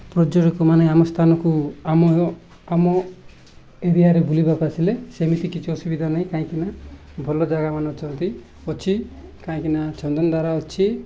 ପର୍ଯ୍ୟଟକମାନେ ଆମ ସ୍ଥାନକୁ ଆମ ଆମ ଏରିଆରେ ବୁଲିବାକୁ ଆସିଲେ ସେମିତି କିଛି ଅସୁବିଧା ନାହିଁ କାହିଁକି ଭଲ ଜାଗାମାନେ ଅଛନ୍ତି ଅଛି କାହିଁକିନା ଚନ୍ଦନଧାରା ଅଛି